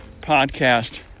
podcast